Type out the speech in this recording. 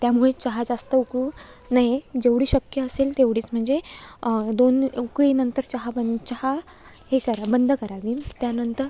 त्यामुळे चहा जास्त उकळू नये जेवढी शक्य असेल तेवढीच म्हणजे दोन उकळीनंतर चहा बंद चहा हे करा बंद करावी त्यानंतर